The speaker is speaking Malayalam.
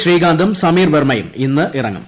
ശ്രീകാന്തും സമീർ വെർമ്മയും ഇന്ന് ഇറങ്ങും